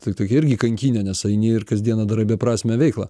tai toktai irgi kankynė nes aini ir kasdieną darai beprasmę veiklą